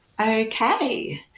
Okay